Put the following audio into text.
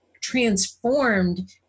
transformed